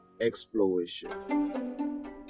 exploration